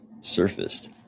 surfaced